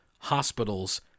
hospitals